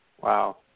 Wow